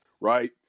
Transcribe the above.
right